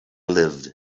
lived